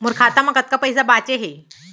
मोर खाता मा कतका पइसा बांचे हे?